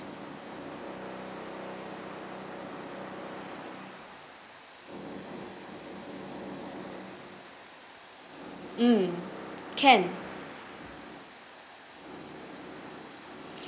mm can